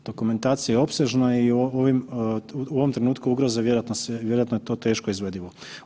Dokumentacija je opsežna i u ovom trenutku ugroze vjerojatno je to teško izvedivo.